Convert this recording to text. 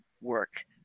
work